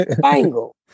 Bangle